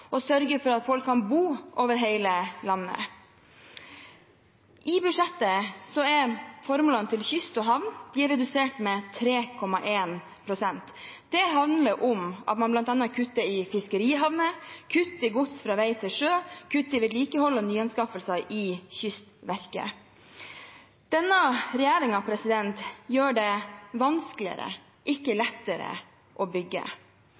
og sørge for at folk kan bo over hele landet. I budsjettet er bevilgningene til kyst- og havneformål redusert med 3,1 pst. Det handler om at man bl.a. kutter i fiskerihavner, at man kutter i gods fra vei til sjø, og at man kutter i vedlikehold og nyanskaffelser i Kystverket. Denne regjeringen gjør det vanskeligere, ikke lettere, å bygge.